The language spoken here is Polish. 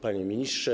Panie Ministrze!